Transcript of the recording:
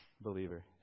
believer